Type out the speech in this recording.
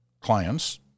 clients